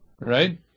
right